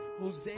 Jose